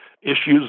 Issues